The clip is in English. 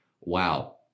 wow